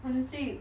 honestly